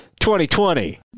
2020